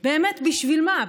באמת, בשביל מה?